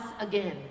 again